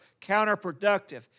counterproductive